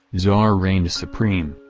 tsar reigns supreme.